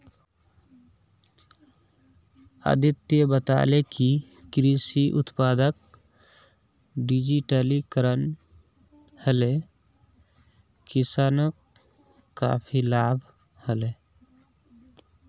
अदित्य बताले कि कृषि उत्पादक डिजिटलीकरण हले किसानक काफी लाभ हले